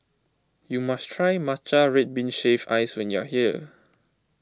you must try Matcha Red Bean Shaved Ice when you are here